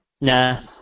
Nah